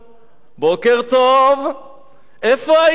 בוקר טוב, איפה הייתם?